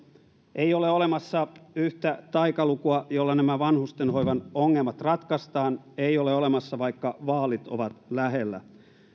ei ole olemassa yhtä taikalukua jolla nämä vanhusten hoivan ongelmat ratkaistaan ei ole olemassa vaikka vaalit ovat lähellä